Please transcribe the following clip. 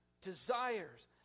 desires